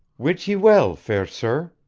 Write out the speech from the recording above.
wit ye well, fair sir,